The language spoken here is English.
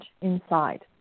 inside